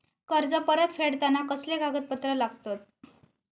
कर्ज परत फेडताना कसले कागदपत्र लागतत?